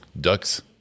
Ducks